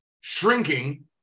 Shrinking